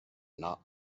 not